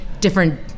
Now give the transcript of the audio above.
different